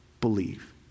believe